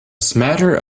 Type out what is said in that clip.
smatter